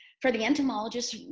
for the entomologists